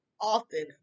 often